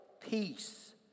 peace